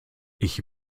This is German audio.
ich